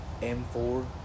m4